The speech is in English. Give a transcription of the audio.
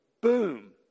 boom